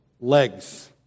legs